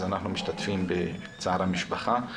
אז אנחנו משתתפים בצער המשפחה.